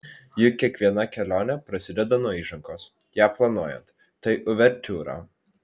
juk kiekviena kelionė prasideda nuo įžangos ją planuojant tai uvertiūra